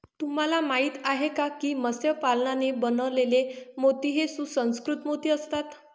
तुम्हाला माहिती आहे का की मत्स्य पालनाने बनवलेले मोती हे सुसंस्कृत मोती असतात